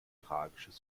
tragisches